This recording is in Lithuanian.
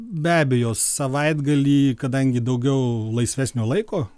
be abejo savaitgalį kadangi daugiau laisvesnio laiko